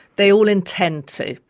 they all intend to.